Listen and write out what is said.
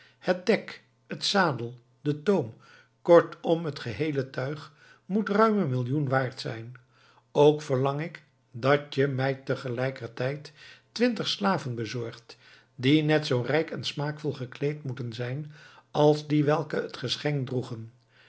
het dek het zadel de toom kortom het geheele tuig moet ruim een millioen waard zijn ook verlang ik dat je mij tegelijkertijd twintig slaven bezorgt die net zoo rijk en smaakvol gekleed moeten zijn als die welke het geschenk